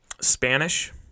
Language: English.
Spanish